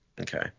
Okay